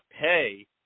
pay